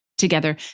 together